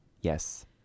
Yes